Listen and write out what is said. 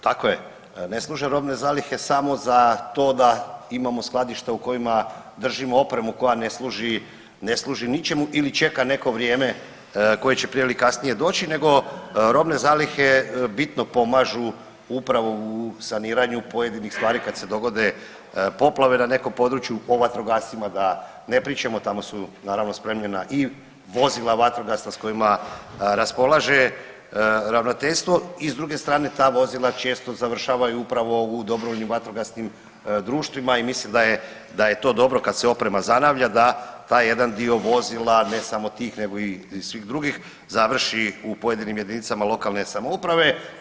Tako je, ne služe robne zalihe samo za to da imamo skladišta u kojima držimo opremu koja ne služi ničemu ili čeka neko vrijeme koje će prije ili kasnije doći nego robne zalihe bitno pomažu upravo u saniranju pojedinih stvari kad se dogode poplave na nekom području, o vatrogascima da ne pričamo tamo su naravno spremljena i vozila vatrogasna s kojima raspolaže ravnateljstvo i s druge strane ta vozila često završavaju upravo u dobrovoljnim vatrogasnim društvima i mislim da je to dobro kad se oprema zanavlja da taj jedan dio vozila ne samo tih nego i svih drugih završi u pojedinim jedinicama lokalne samouprave.